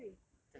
回来